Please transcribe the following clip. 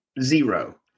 zero